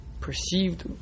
perceived